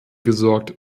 gesorgt